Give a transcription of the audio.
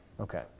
Okay